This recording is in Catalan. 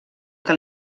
que